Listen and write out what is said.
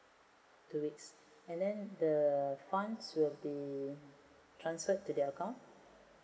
two weeks and then the fund will be transferred to their account